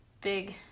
big